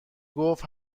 گفت